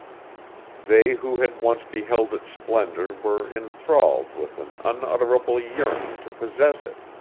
they who had once beheld its splendor were inthralled with an unutterable yearning to possess it.